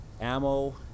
ammo